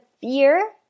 fear